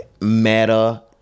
meta